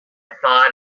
thought